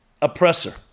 oppressor